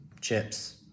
chips